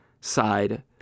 side